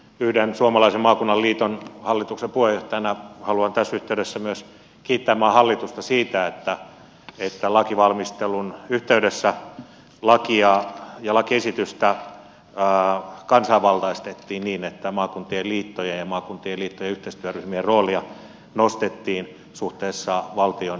yhden suomalaisen maakunnan liiton hallituksen puheenjohtajana haluan tässä yhteydessä myös kiittää maan hallitusta siitä että lakivalmistelun yhteydessä lakia ja lakiesitystä kansanvaltaistettiin niin että maakuntien liittojen ja maakuntien liittojen yhteistyöryhmien roolia nostettiin suhteessa valtionhallintoon